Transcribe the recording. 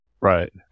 right